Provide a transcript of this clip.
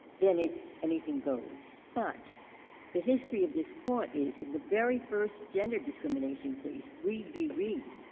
then it's anything goes. but the history of this court is, in the very first gender discrimination case, reed v. reed,